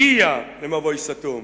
הגיע למבוי סתום.